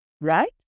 right